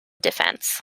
defence